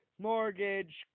Mortgage